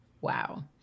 Wow